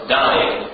dying